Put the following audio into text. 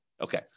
Okay